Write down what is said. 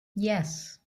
yes